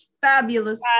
fabulous